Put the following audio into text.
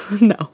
No